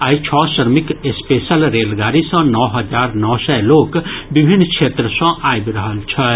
आइ छओ श्रमिक स्पेशल रेलगाड़ी सँ नओ हजार नओ सय लोक विभिन्न क्षेत्र सँ आबि रहल छथि